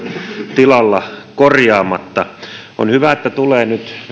tilalla korjaamatta on hyvä että tulee nyt